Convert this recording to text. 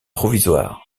provisoire